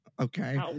Okay